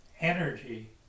energy